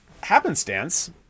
happenstance